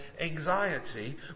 anxiety